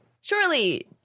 Surely